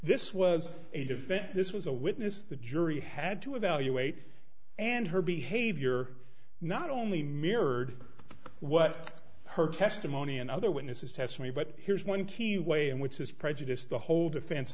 defense this was a witness the jury had to evaluate and her behavior not only mirrored what her testimony and other witnesses testimony but here's one key way in which this prejudice the whole defense